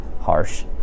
harsh